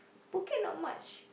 Phuket not much